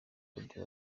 claude